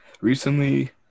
recently